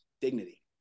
dignity